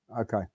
Okay